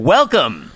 Welcome